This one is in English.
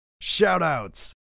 shout-outs